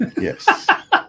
Yes